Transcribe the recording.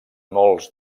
molts